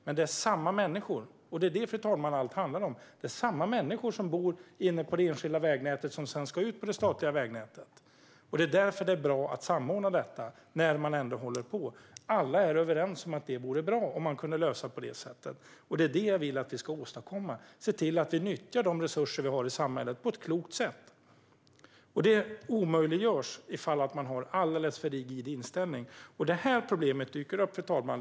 Men det är samma människor - och det är det, fru talman, som allt handlar om - som bor inne på det enskilda vägnätet som sedan ska ut på det statliga vägnätet. Det är därför som det är bra att samordna detta när man ändå håller på. Alla är överens om att det vore bra om man kunde lösa det på det sättet. Det är det jag vill att vi ska åstadkomma: se till att vi nyttjar de resurser vi har i samhället på ett klokt sätt. Det omöjliggörs om man har en alldeles för rigid inställning. Det är här problemet dyker upp, fru talman.